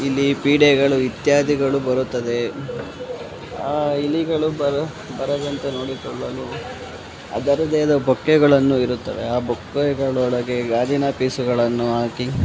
ಇಲಿ ಪೀಡೆಗಳು ಇತ್ಯಾದಿಗಳು ಬರುತ್ತದೆ ಆ ಇಲಿಗಳು ಬರ ಬರದಂತೆ ನೋಡಿಕೊಳ್ಳಲು ಅದರದ್ದೇ ಆದ ಬೊಕ್ಕೆಗಳನ್ನು ಇರುತ್ತವೆ ಆ ಬೊಕ್ಕೆಗಳೊಳಗೆ ಗಾಜಿನ ಪೀಸುಗಳನ್ನು ಹಾಕಿ